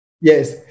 Yes